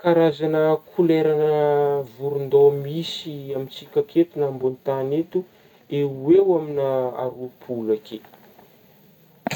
Karazagna koleragna vôron-dôha misy amin-tsika aketo na ambon'ny tagny eto, eo eo aminah roapolo akeo.